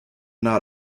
not